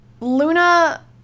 Luna